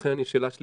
ולכן השאלה שלי,